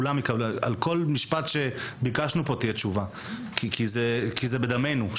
על כל משפט שביקשנו תהיה תשובה כי זה בדמנו.